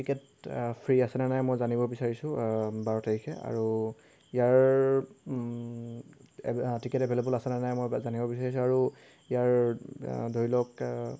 ticket free আছে নে নাই মই জানিব বিচাৰিছোঁ বাৰ তাৰিখে আৰু ইয়াৰ টিকেট এভেইলেবল আছে নে নাই মই জানিব বিচাৰিছোঁ আৰু ইয়াৰ ধৰি লওক